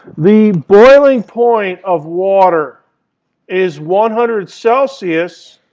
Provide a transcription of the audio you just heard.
the boiling point of water is one hundred celsius,